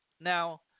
Now